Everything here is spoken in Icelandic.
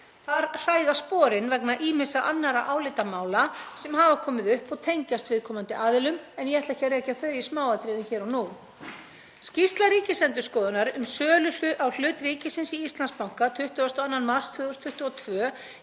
Þar hræða sporin vegna ýmissa annarra álitamála sem hafa komið upp og tengjast viðkomandi aðilum, en ég ætla ekki að rekja þau í smáatriðum hér og nú. Skýrsla Ríkisendurskoðunar um sölu á hlut ríkisins í Íslandsbanka 22. mars 2022